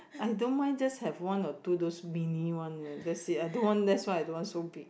I don't mind just have one or two those mini one leh that's I don't want that much I don't want so big